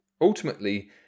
ultimately